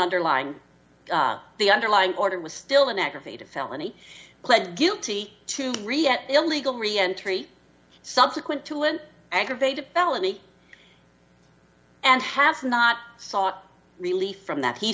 underlying the underlying order was still an aggravated felony pled guilty to illegal reentry subsequent to an aggravated felony and has not sought relief from that he